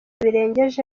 birengeje